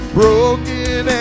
broken